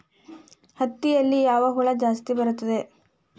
ಹತ್ತಿಯಲ್ಲಿ ಯಾವ ಹುಳ ಜಾಸ್ತಿ ಬರುತ್ತದೆ?